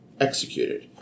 executed